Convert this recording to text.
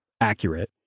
accurate